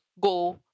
Go